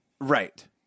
right